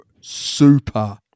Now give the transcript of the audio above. super